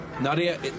Nadia